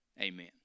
Amen